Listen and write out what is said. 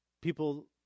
people